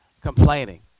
complaining